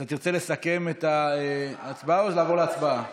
אתה תרצה לסכם או שנעבור להצבעה?